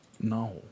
No